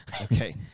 Okay